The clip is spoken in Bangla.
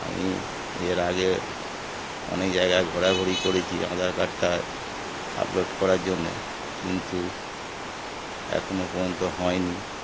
আমি এর আগে অনেক জায়গায় ঘোরাঘুরি করেছি আধার কার্ডটা আপলোড করার জন্যে কিন্তু এখনও পর্যন্ত হয়নি